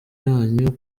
yanyu